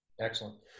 Excellent